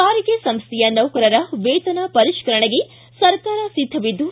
ಸಾರಿಗೆ ಸಂಸ್ಥೆಯ ನೌಕರರ ವೇತನ ಪರಿಷ್ಠರಣೆಗೆ ಸರ್ಕಾರ ಸಿದ್ದವಿದ್ದು